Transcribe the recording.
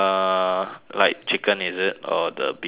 like chicken is it or the beef or